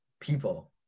people